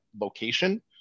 location